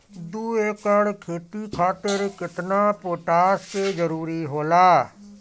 दु एकड़ खेती खातिर केतना पोटाश के जरूरी होला?